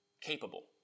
capable